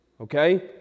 okay